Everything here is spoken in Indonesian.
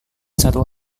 satu